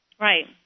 Right